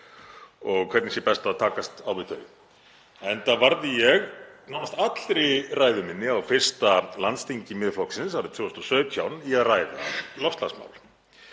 og hvernig sé best að takast á við þau, enda varði ég nánast allri ræðu minni á fyrsta landsþingi Miðflokksins árið 2017 í að ræða loftslagsmál.